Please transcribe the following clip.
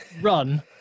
run